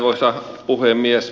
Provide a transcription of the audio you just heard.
arvoisa puhemies